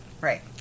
Right